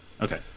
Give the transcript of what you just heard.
Okay